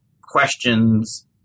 questions